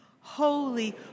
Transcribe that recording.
Holy